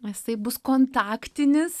jisai taip bus kontaktinis